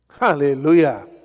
Hallelujah